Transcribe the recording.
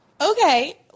Okay